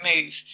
move